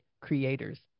creators